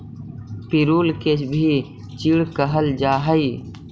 पिरुल के भी चीड़ कहल जा हई